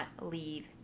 leave